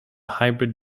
hybrid